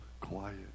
quiet